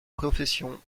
professions